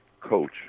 coach